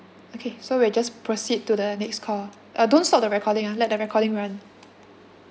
okay so we'll just proceed to the next call uh don't stop the recording ah let the recording run